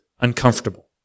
uncomfortable